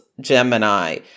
Gemini